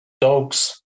dogs